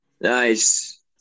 Nice